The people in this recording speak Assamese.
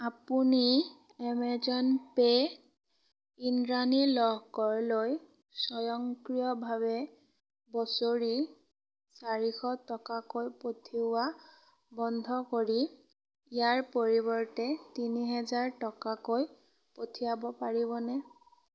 আপুনি এমেজন পে' ত ইন্দ্ৰাণী লহকৰলৈ স্বয়ংক্ৰিয়ভাৱে বছৰি চাৰিশ টকাকৈ পঠিওৱা বন্ধ কৰি ইয়াৰ পৰিৱৰ্তে তিনি হেজাৰ টকাকৈ পঠিয়াব পাৰিবনে